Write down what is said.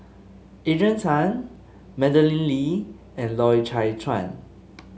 Adrian Tan Madeleine Lee and Loy Chye Chuan